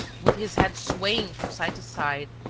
with his head swaying from side to side,